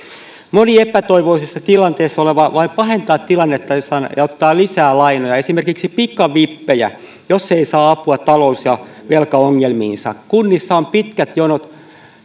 moni epätoivoisessa tilanteessa oleva vain pahentaa tilannetta jos hän ottaa lisää lainoja esimerkiksi pikavippejä jos ei saa apua talous ja velkaongelmiinsa kunnissa on pitkät jonot